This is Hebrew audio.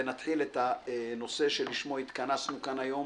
ונתחיל את הנושא שלשמו התכנסנו כאן היום: